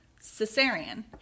cesarean